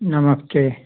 नमस्ते